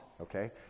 okay